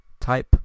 type